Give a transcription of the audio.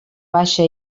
baixa